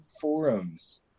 forums